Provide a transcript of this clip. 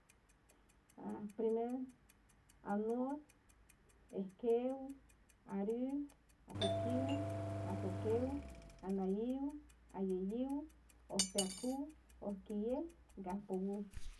Aj primer anok, eskeuj, ariujf, apekiuf, akokeuf, anoyiuf, ayeyiuf, ofpeakiuf, ofkiyej, gafpowuf.